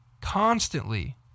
constantly